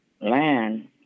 land